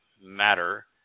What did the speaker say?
matter